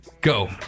Go